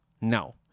no